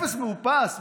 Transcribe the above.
אפס מאופס.